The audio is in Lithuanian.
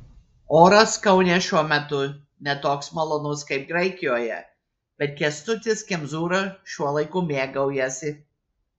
oras kaune šiuo metu ne toks malonus kaip graikijoje bet kęstutis kemzūra šiuo laiku mėgaujasi